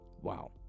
wow